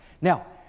Now